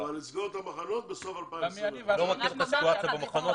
אבל לסגור את המחנות בסוף 2021. אני לא מכיר את הסיטואציה במחנות,